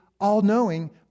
all-knowing